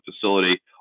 facility